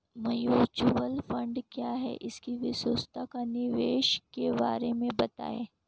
Mutual fund क्या है इसकी विशेषता व निवेश के बारे में बताइये?